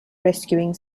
rescuing